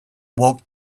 walked